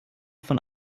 von